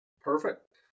Perfect